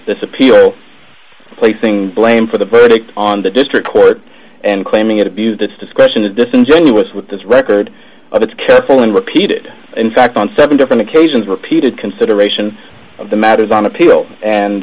his appeal placing blame for the verdict on the district court and claiming it abused its discretion to disingenuous with this record of careful and repeated in fact on seven different occasions repeated consideration of the matters on a